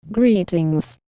Greetings